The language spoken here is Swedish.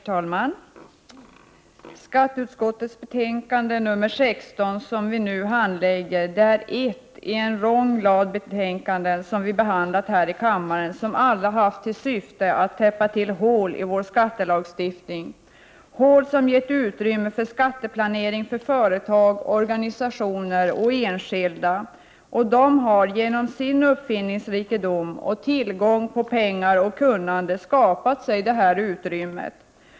Herr talman! Skatteutskottets betänkande nr 16 som vi nu diskuterar är ett 14 december 1988 ienlång rad betänkanden som vi behandlat här i kammaren, vilka alla haft till TJ oom om ooo na syfte att täppa till hål i vår skattelagstiftning. Det rör sig om hål som gett utrymme för skatteplanering för företag, organisationer och enskilda. Dessa har genom uppfinningsrikedom och tillgång på pengar och kunnande skapat sig detta utrymme.